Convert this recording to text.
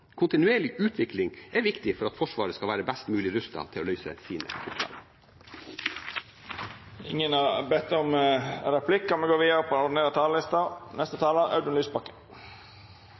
Kontinuerlig utvikling er viktig for at Forsvaret skal være best mulig rustet til å løse sine oppdrag. Dei talarane som heretter får ordet, har ei taletid på